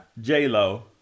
j-lo